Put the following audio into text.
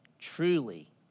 truly